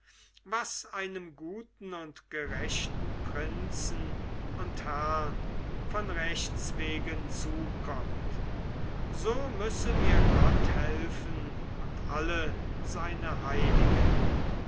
was einem guten und gerechten prinzen und herrn von rechtswegen zukommt so müsse mir gott helfen und alle seine heiligen